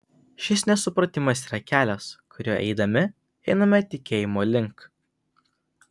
šis nesupratimas yra kelias kuriuo eidami einame tikėjimo link